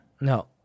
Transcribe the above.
No